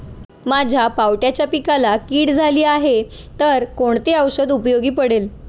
माझ्या पावट्याच्या पिकाला कीड झाली आहे तर कोणते औषध उपयोगी पडेल?